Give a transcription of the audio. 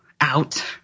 out